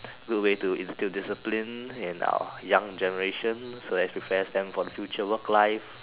good way to instil discipline in our young generation so as prepares them for future work life